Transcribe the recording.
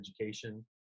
education